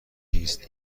است